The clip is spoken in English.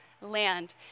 land